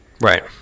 Right